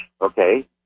okay